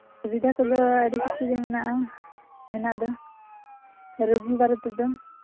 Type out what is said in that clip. ᱥᱩᱵᱤᱫᱷᱟ ᱠᱚᱫᱚ ᱟᱹᱰᱤ ᱠᱤᱪᱷᱩᱜᱮ ᱢᱮᱱᱟᱜᱼᱟ ᱢᱮᱱᱟᱜ ᱫᱚ ᱨᱩᱜᱤ ᱵᱟᱨᱮ ᱛᱮᱫᱚ